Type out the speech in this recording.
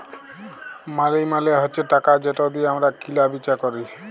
মালি মালে হছে টাকা যেট দিঁয়ে আমরা কিলা বিচা ক্যরি